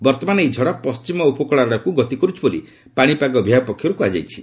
ବର୍ତ୍ତମାନ ଏହି ଝଡ଼ ପଶ୍ଚିମ ଉପକୂଳ ଆଡ଼କୁ ଗତି କରୁଛି ବୋଲି ପାଣିପାଗ ବିଭାଗ ପକ୍ଷରୁ କୁହାଯାଉଛି